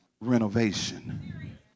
renovation